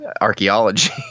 archaeology